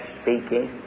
speaking